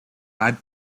hyde